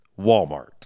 Walmart